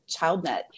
ChildNet